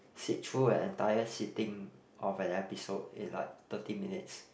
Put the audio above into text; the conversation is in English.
see through the entire sitting of an episode in like thirty minutes